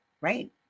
right